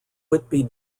whitby